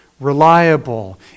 reliable